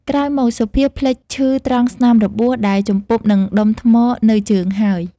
ក្រោយមក សុភាភ្លេចឈឺត្រង់ស្នាមរបួសដែលជំពប់នឹងដុំថ្មនៅជើងហើយ ។